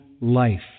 life